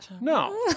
no